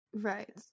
right